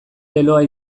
leloa